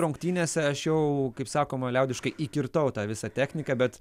rungtynėse aš jau kaip sakoma liaudiškai įkirtau tą visą techniką bet